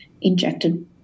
injected